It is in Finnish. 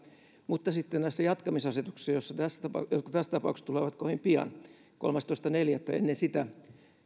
mutta sitten näissä jatkamisasetuksissa jotka tässä tapauksessa tulevat kovin pian ennen kolmastoista neljättä